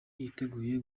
yitegura